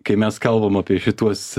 kai mes kalbam apie šituos